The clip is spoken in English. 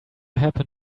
happen